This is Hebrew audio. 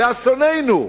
לאסוננו,